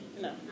No